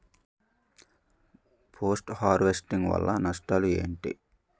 Post harvesting వల్ల నష్టాలు ఏంటి?